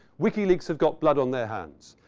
wikileaks have got blood on their hands.